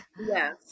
Yes